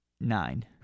nine